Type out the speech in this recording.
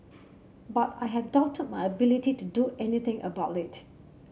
but I have doubted my ability to do anything about it